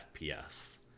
fps